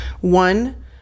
One